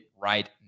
right